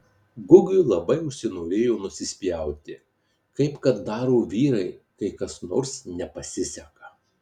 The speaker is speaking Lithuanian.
gugiui labai užsinorėjo nusispjauti kaip kad daro vyrai kai kas nors nepasiseka